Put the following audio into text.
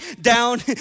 down